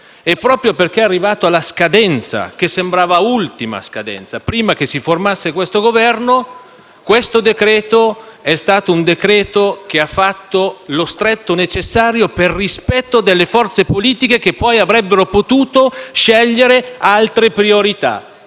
e proprio perché è arrivato alla scadenza - che sembrava l'ultima scadenza prima che si formasse il Governo - il decreto-legge in esame ha fatto lo stretto necessario, per rispetto delle forze politiche che poi avrebbero potuto scegliere altre priorità,